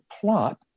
plot